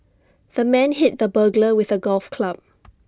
the man hit the burglar with A golf club